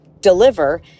deliver